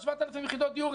ב-7,000 יחידות דיור,